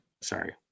Sorry